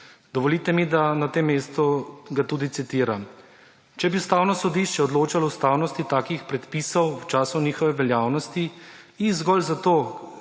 Dovolite mi, da ga na tem mestu tudi citiram: »Če bi Ustavno sodišče odločalo o ustavnosti takih predpisov v času njihove veljavnosti, jih zgolj zato,